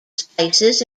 spices